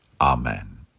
Amen